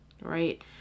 right